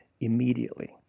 immediately